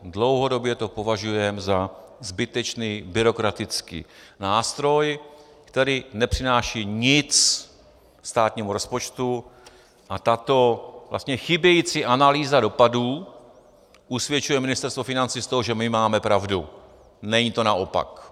Dlouhodobě to považujeme za zbytečný byrokratický nástroj, který nepřináší nic státnímu rozpočtu, a tato vlastně chybějící analýza dopadů usvědčuje Ministerstvo financí z toho, že my máme pravdu, není to naopak.